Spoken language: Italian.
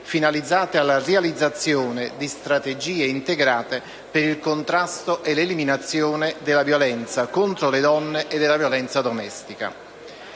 finalizzati alla realizzazione di strategie integrate per il contrasto e l'eliminazione della violenza contro le donne e della violenza domestica.